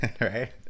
Right